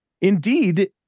Indeed